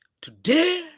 Today